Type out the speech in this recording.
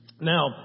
Now